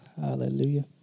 Hallelujah